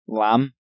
lamb